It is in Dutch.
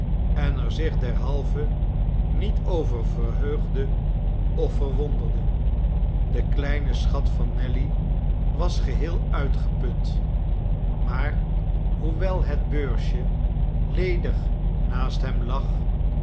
en er zich derhalve niet over verheugde of verwonderde de kleine schat van nelly was geheel uitgeput maar hoewel het beursje ledig naast hem lag